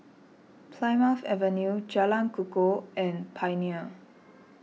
Plymouth Avenue Jalan Kukoh and Pioneer